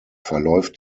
verläuft